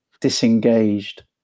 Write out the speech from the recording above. disengaged